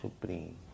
supreme